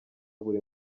buri